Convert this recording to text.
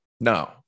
No